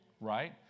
Right